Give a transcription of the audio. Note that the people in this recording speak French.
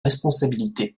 responsabilité